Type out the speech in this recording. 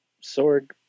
Sword